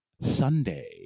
Sunday